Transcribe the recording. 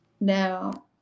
now